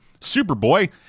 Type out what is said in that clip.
Superboy